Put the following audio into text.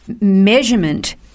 measurement